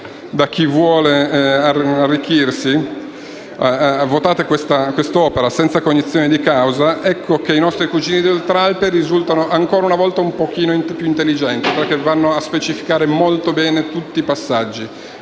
di chi vuole arricchirsi, votate quest'opera senza cognizione di causa, ecco che i nostri cugini d'oltralpe risultano ancora una volta un pochino più intelligenti, perché vanno a specificare molto bene tutti i passaggi.